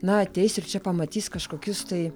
na ateis ir čia pamatys kažkokius tai